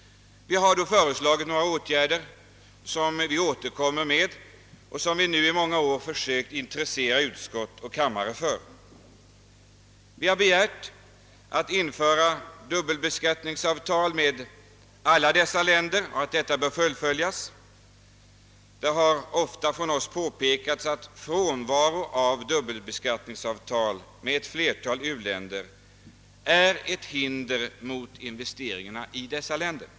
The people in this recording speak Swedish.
Vi har då föreslagit några åtgärder som vi nu återkommer med och som vi under många år försökt att intressera utskott och kammare för. Vi har begärt att med alla dessa länder ingås ett avtal som förhindrar dubbelbeskattning. Det har ofta av oss påpekats att frånvaron av ett sådant avtal med ett flertal u-länder är ett hinder mot investeringar i dessa.